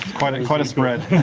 quite quite a spread.